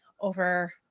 over